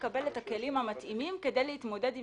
לקבל את הכלים המתאימים כדי להתמודד עם